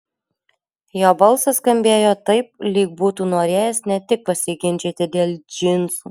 jo balsas skambėjo taip lyg būtų norėjęs ne tik pasiginčyti dėl džinsų